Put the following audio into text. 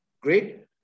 great